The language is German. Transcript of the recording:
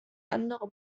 andere